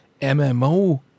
MMO